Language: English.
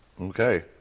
Okay